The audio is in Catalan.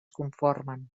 conformen